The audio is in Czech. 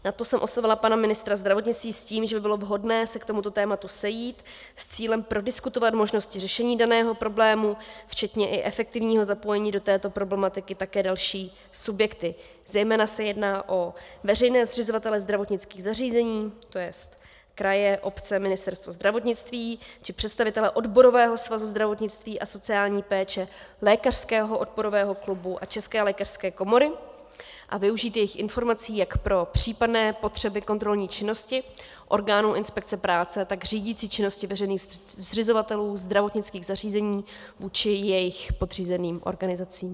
Na to jsem oslovila pana ministra zdravotnictví s tím, že by bylo vhodné se k tomuto tématu sejít s cílem prodiskutovat možnosti řešení daného problému, včetně i efektivního zapojení do této problematiky také dalších subjektů, zejména se jedná o veřejné zřizovatele zdravotnických zařízení, to jest kraje, obce, Ministerstvo zdravotnictví či představitele Odborového svazu zdravotnictví a sociální péče, Lékařského odborového klubu a České lékařské komory, a využít jejich informací jak pro případné potřeby kontrolní činnosti orgánů inspekce práce, tak řídicí činnosti zřizovatelů zdravotnických zařízení vůči jejich podřízeným organizacím.